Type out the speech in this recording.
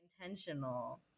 intentional